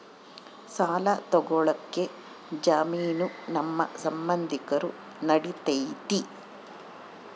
ಸಾಲ ತೊಗೋಳಕ್ಕೆ ಜಾಮೇನು ನಮ್ಮ ಸಂಬಂಧಿಕರು ನಡಿತೈತಿ?